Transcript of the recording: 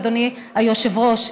אדוני היושב-ראש,